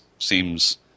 Seems